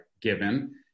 given